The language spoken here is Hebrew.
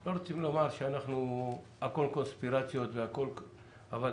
לא רוצים לומר שהכול קונספירציות, אבל